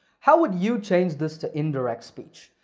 how would you change this to indirect speech?